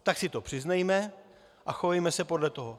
Tak si to přiznejme a chovejme se podle toho.